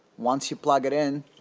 once you plug it in